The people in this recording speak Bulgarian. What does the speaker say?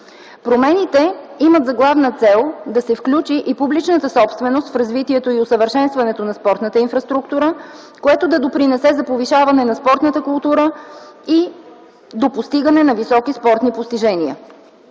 Промените имат за главна цел да се включи и публичната собственост в развитието и усъвършенстването на спортната инфраструктура, което да допринесе за повишаване на спортната култура и до постигане на високи спортни постижения.